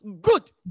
Good